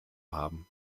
haben